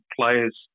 players